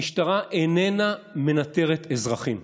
המשטרה איננה מנטרת אזרחים,